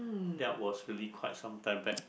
that was really quite sometime back